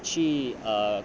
去 um